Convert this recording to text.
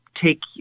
take